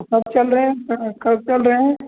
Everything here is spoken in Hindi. कब चल रहे हैं कब चल रहे हैं